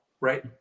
right